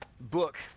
book